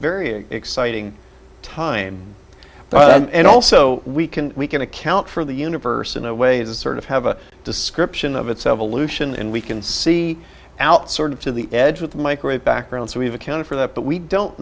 very exciting time and also we can we can account for the universe in a way to sort of have a description of itself aleutian and we can see out sort of to the edge of the microwave background so we've accounted for that but we don't